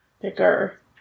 Bigger